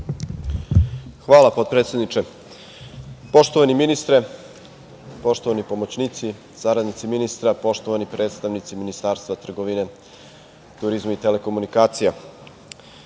Hvala potpredsedniče. Poštovani ministre, poštovani pomoćnici, saradnici ministra, poštovani predstavnici Ministarstva trgovine, turizma i telekomunikacija,